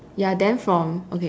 ya then from okay